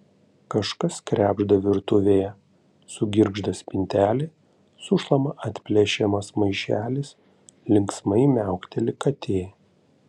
kažkas krebžda virtuvėje sugirgžda spintelė sušlama atplėšiamas maišelis linksmai miaukteli katė